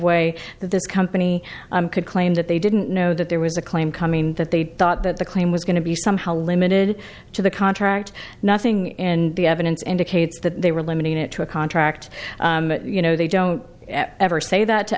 that this company could claim that they didn't know that there was a claim coming that they thought that the claim was going to be somehow limited to the contract nothing in the evidence indicates that they were limiting it to a contract you know they don't ever say